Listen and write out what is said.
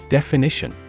Definition